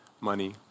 money